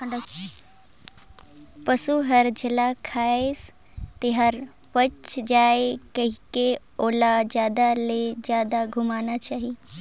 पसु हर जेला खाइसे तेहर पयच जाये कहिके ओला जादा ले जादा घुमाना चाही